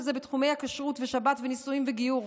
זה בתחומי הכשרות ושבת ונישואים וגיור,